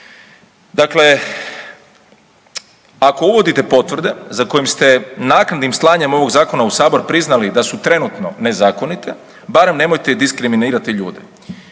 Dakle, ako uvodite potvrde za kojim ste naknadnim slanjem ovog zakona u sabor priznali da su trenutno nezakonite, barem nemojte diskriminirati ljude.